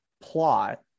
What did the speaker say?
plot